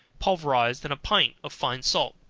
pulverized, and a pint of fine salt,